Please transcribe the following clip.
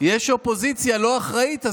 יש אופוזיציה לא אחראית,